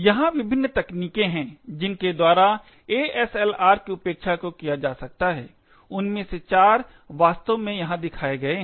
यहाँ विभिन्न तकनीकें हैं जिनके द्वारा ASLR की उपेक्षा को किया जा सकता है उनमें से चार वास्तव में यहां दिखाए गए हैं